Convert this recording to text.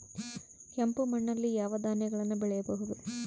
ಕೆಂಪು ಮಣ್ಣಲ್ಲಿ ಯಾವ ಧಾನ್ಯಗಳನ್ನು ಬೆಳೆಯಬಹುದು?